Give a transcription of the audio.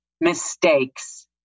mistakes